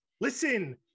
Listen